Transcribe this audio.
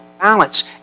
balance